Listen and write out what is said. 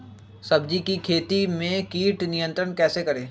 सब्जियों की खेती में कीट नियंत्रण कैसे करें?